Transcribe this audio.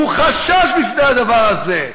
הוא חשש מפני הדבר הזה.